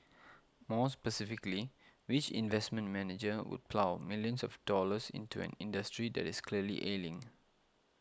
more specifically which investment manager would plough millions of dollars into an industry that is clearly ailing